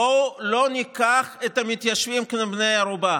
בואו לא ניקח את המתיישבים בני ערובה,